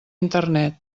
internet